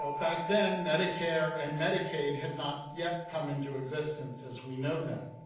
so back then, medicare and medicaid had not yet come into existence as we know them,